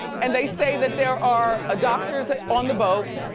and they say that there are ah doctors on the boat.